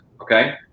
okay